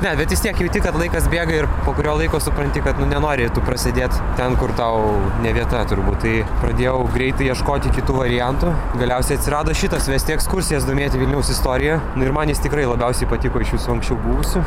ne bet vis tiek jauti kad laikas bėga ir po kurio laiko supranti kad nu nenori tu prasėdėt ten kur tau ne vieta turbūt tai pradėjau greitai ieškoti kitų variantų galiausiai atsirado šitas vesti ekskursijas domėti vilniaus istorija nu ir man jis tikrai labiausiai patiko iš visų anksčiau buvusių